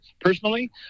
personally